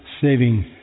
saving